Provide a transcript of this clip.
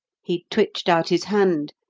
he twitched out his hand,